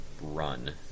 run